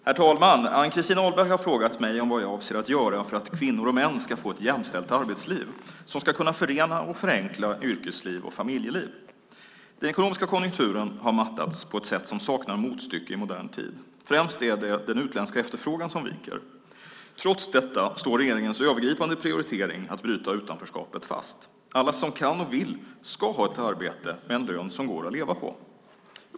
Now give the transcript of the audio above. Herr talman! Ann-Christin Ahlberg har frågat mig vad jag avser att göra för att kvinnor och män ska få ett jämställt arbetsliv som ska kunna förena och förenkla yrkesliv och familjeliv. Den ekonomiska konjunkturen har mattats på ett sätt som saknar motstycke i modern tid. Främst är det den utländska efterfrågan som viker. Trots detta står regeringens övergripande prioritering att bryta utanförskapet fast. Alla som kan och vill ska ha ett arbete med en lön som går att leva på.